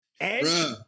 Edge